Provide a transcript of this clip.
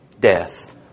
Death